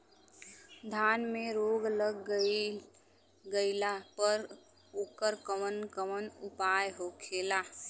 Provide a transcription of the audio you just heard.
धान में रोग लग गईला पर उकर कवन कवन उपाय होखेला?